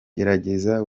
gerageza